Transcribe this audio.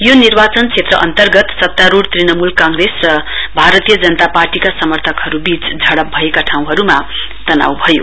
यो निर्वाचन क्षेत्र अन्तर्गत सत्तारूढ तृणमूल कांग्रेस र भारतीय जनता पार्टीका समर्थकहरूबीच झडप भएका ठाउँहरूमा तनाउ भयो